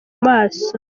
maso